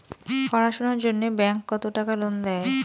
পড়াশুনার জন্যে ব্যাংক কত টাকা লোন দেয়?